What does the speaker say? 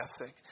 ethic